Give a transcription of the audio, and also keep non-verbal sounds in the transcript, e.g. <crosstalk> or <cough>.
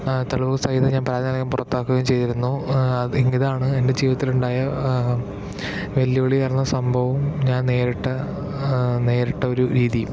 തെളിവ് സഹിതം ഞാന് <unintelligible> പുറത്താക്കുകയും ചെയ്തിരുന്നു ഇതാണ് എന്റെ ജീവിതത്തില് ഉണ്ടായ വെല്ലുവിളി ആയിരുന്ന സംഭവം ഞാന് നേരിട്ട നേരിട്ട ഒരു രീതിയും